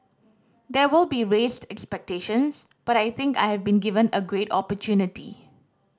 there will be raised expectations but I think I have been given a great opportunity